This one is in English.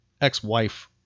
ex-wife